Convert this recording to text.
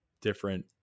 different